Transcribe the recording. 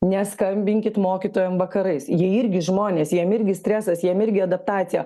neskambinkit mokytojam vakarais jie irgi žmonės jiem irgi stresas jiem irgi adaptacija